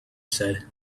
said